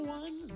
one